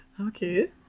Okay